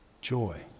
Joy